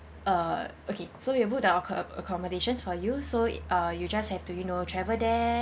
uh okay so you book the acc~ accommodations for you so uh you just have to you know travel there